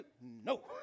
no